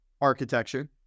architecture